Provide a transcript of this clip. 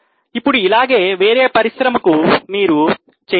ఇప్పుడు ఇలాగే వేరే పరిశ్రమలకు మీరు చేయగలరు